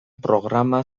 programa